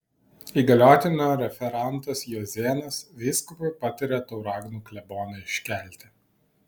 įgaliotinio referentas juozėnas vyskupui patarė tauragnų kleboną iškelti